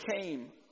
came